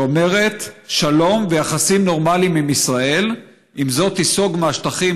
שאומרת: שלום ויחסים נורמליים עם ישראל אם זו תיסוג מהשטחים